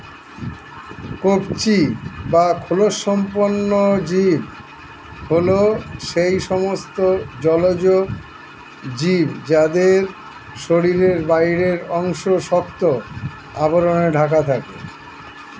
কবচী বা খোলকসম্পন্ন জীব হল সেই সমস্ত জলজ জীব যাদের শরীরের বাইরের অংশ শক্ত আবরণে ঢাকা থাকে